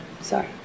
Sorry